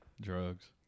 Drugs